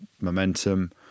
momentum